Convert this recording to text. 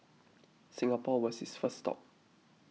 Singapore was his first stop